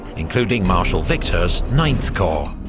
including marshal victor's ninth corps.